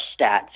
stats